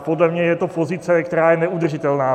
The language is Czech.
Podle mě je to pozice, která je věcně neudržitelná.